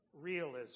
Realism